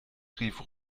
rief